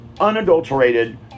unadulterated